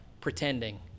pretending